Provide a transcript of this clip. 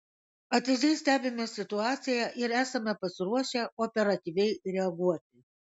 atidžiai stebime situaciją ir esame pasiruošę operatyviai reaguoti